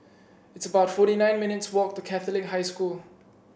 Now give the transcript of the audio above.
it's about forty nine minutes' walk to Catholic High School